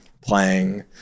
playing